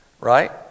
Right